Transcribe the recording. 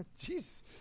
Jeez